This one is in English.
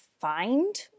find